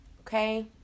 Okay